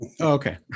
Okay